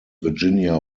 virginia